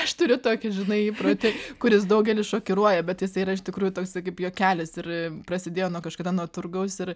aš turiu tokį žinai įprotį kuris daugelį šokiruoja bet jisai yra iš tikrųjų toksai kaip juokelis ir prasidėjo nuo kažkada nuo turgaus ir